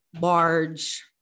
large